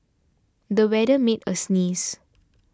the weather made a sneeze